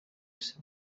wese